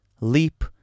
Leap